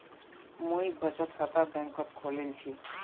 मुई बचत खाता बैंक़त खोलील छि